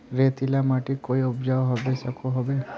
रेतीला माटित कोई उपजाऊ होबे सकोहो होबे?